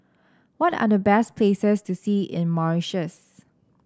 what are the best places to see in Mauritius